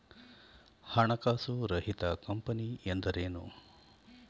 ಹಣಕಾಸು ರಹಿತ ಕಂಪನಿ ಎಂದರೇನು?